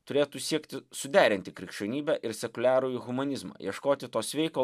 turėtų siekti suderinti krikščionybę ir sekuliarųjį humanizmą ieškoti to sveiko